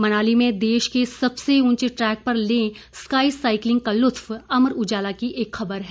मनाली में देश के सबसे ऊंचे ट्रैक पर लें स्काई साइकिलिंग का लुत्फ अमर उजाला की एक खबर है